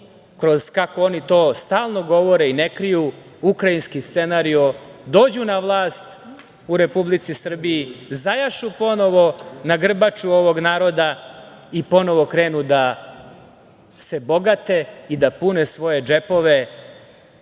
kroz, kako oni to stalno govore i ne kriju, ukrajinski scenario, dođu na vlast u Republici Srbiji, zajašu ponovo na grbaču ovog naroda i ponovo krenu da se bogate i da pune svoje džepove